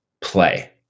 play